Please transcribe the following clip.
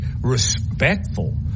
respectful